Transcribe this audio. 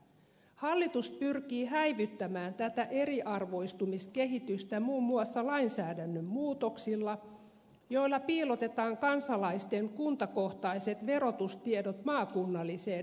hallitus pyrkii häivyttämään tätä eriarvoistumiskehitystä muun muassa lainsäädännön muutoksilla joilla piilotetaan kansalaisten kuntakohtaiset verotustiedot maakunnalliseen rekisteriin